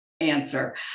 answer